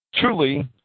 Truly